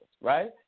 right